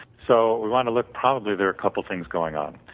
so we want to look probably there are couple things going on.